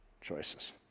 choices